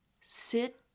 Sit